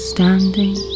Standing